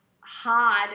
hard